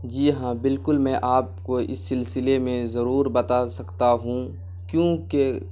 جی ہاں بالکل میں آپ کو اس سلسلے میں ضرور بتا سکتا ہوں کیونکہ